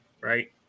Right